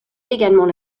également